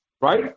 right